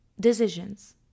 decisions